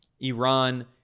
Iran